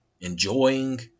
Enjoying